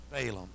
Balaam